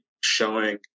showing